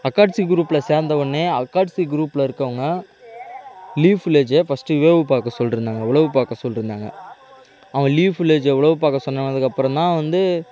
அக்காட்சி குரூப்பில் சேர்ந்தவொன்னே அக்காட்சி குரூப்பில் இருக்கறவுங்க லீஃப் வில்லேஜை ஃபர்ஸ்ட்டு வேவு பார்க்க சொல்லிட்டுருந்தாங்க உளவு பார்க்க சொல்லிட்டுருந்தாங்க அவன் லீஃப் வில்லேஜ்ஜை உளவு பார்க்க சொன்னதுக்கப்புறந்தான் வந்து